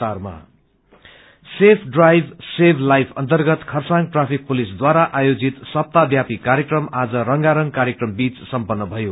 traffic week safe drive save life अन्तर्गत Kurseong traffic पुलिसद्वारा आयोजित सप्ताहव्यापी कार्यक्रम आज रंगारंग कार्यक्रम बीच सम्पन्न भयो